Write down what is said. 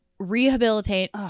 rehabilitate